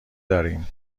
داریم